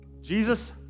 Jesus